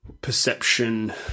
Perception